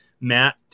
Matt